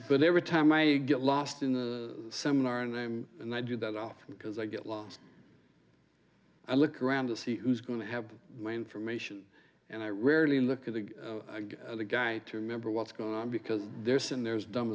but every time i get lost in the seminar and i'm and i do that all because i get lost i look around to see who's going to have my information and i rarely look at the guy to remember what's going on because there's and there's dumb